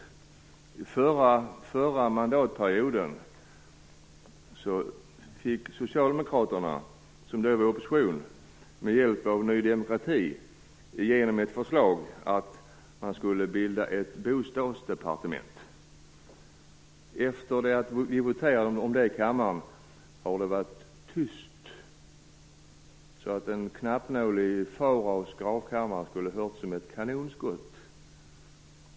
Under den förra mandatperioden fick Socialdemokraterna, som då var i opposition, med hjälp av Ny demokrati igenom ett förslag om bildande av ett bostadsdepartement. Efter det att vi har voterat om detta i kammaren har det varit lika tyst i den frågan som i Faraos gravkammare, så tyst att en knappnål som faller skulle höras som ett kanonskott.